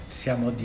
siamo